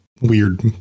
weird